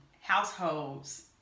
households